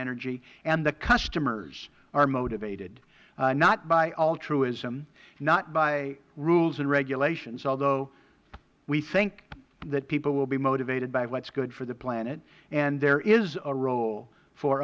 energy and the customers are motivated not bey altruism not by rules and regulations although we think that people will be motivated by what is good for the planet and there is a role for